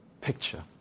picture